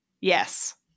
Yes